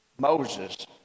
Moses